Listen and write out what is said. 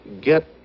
get